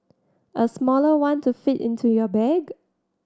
a smaller one to fit into your bag